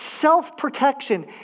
self-protection